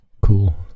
Cool